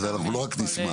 אז אנחנו לא רק נשמח,